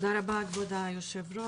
תודה רבה, כבוד היושב-ראש.